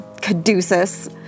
Caduceus